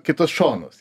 kitus šonus